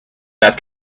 that